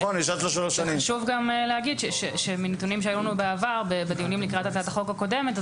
וחשוב גם להגיד שמנתונים שהיו לנו בעבר בדיונים לקראת הצעת החוק הקודמת,